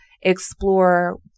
explore